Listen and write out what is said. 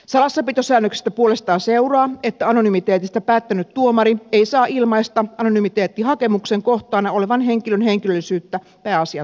salassapitosäännöksistä puolestaan seuraa että anonymiteetistä päättänyt tuomari ei saa ilmaista anonymiteettihakemuksen kohteena olevan henkilön henkilöllisyyttä pääasian tuomarille